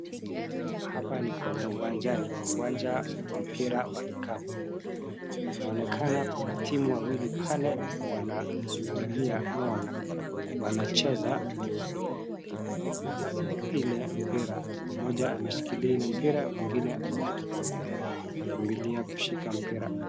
Hapa ni kwenye uwanjani. Uwanja wa mpira wa kikapu. Inaonekana kuna timu wawili pale wanang'ang'ania ama wana wanacheza ile mpira. Mmoja ameshikilia ile mpira mwingine anakimbilia kushika mpira.